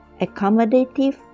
accommodative